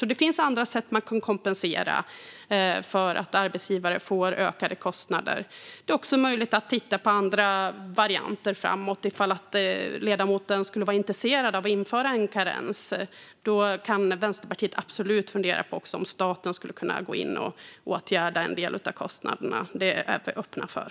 Det finns alltså sätt att kompensera för att arbetsgivare får ökade kostnader. Det är också möjligt att titta på andra varianter framåt. Om ledamoten skulle vara intresserad av att införa en karens kan Vänsterpartiet absolut fundera på om staten skulle kunna gå in och åtgärda en del av kostnaderna. Det är vi öppna för.